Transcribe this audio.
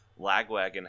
Lagwagon